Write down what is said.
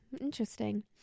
interesting